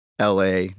LA